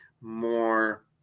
more